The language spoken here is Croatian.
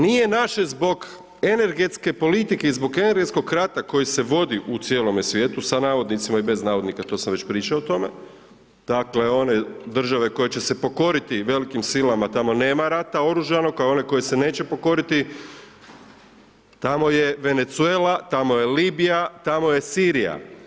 Nije naše zbog energetske politike i zbog energetskog rata koji se vodi u cijelome svijetu sa navodnicima i bez navodnika, to sam već pričao o tome, dakle, one države koje će se pokoriti velikim silama, tamo nema rata oružanog, a one koje se neće pokoriti, tamo je Venezuela, tamo je Libija, tamo je Sirija.